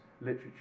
literature